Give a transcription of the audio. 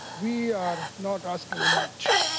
we are not asking much.